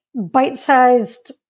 bite-sized